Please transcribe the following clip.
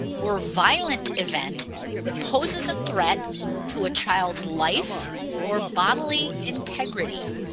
or violent event that poses a threat to a child's life or bodily integrity.